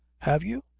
have you?